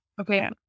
Okay